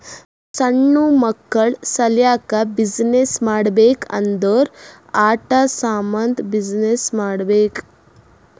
ಸಣ್ಣು ಮಕ್ಕುಳ ಸಲ್ಯಾಕ್ ಬಿಸಿನ್ನೆಸ್ ಮಾಡ್ಬೇಕ್ ಅಂದುರ್ ಆಟಾ ಸಾಮಂದ್ ಬಿಸಿನ್ನೆಸ್ ಮಾಡ್ಬೇಕ್